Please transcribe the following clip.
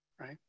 right